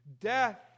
Death